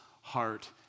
heart